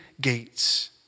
gates